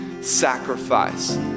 sacrifice